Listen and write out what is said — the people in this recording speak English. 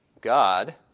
God